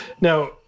now